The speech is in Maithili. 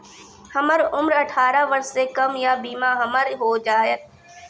हमर उम्र अठारह वर्ष से कम या बीमा हमर हो जायत?